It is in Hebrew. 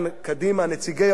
נציגי האופוזיציה,